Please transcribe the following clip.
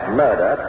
murder